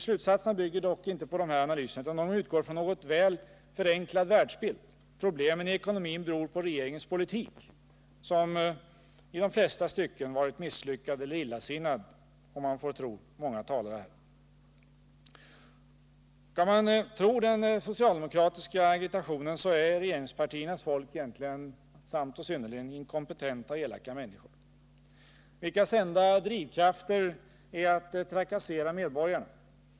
Slutsatserna bygger nämligen sällan på de ekonomiska analyserna utan utgår från en något väl förenklad världsbild: problemen i ekonomin beror på regeringens politik, som i de flesta stycken varit misslyckad eller illasinnad, om man får tro många talare. Skall man tro den socialdemokratiska agitationen, så är regeringspartiernas folk samt och synnerligen inkompetenta och elaka människor, vilkas enda drivkrafter är att trakassera medborgarna.